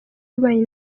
w’ububanyi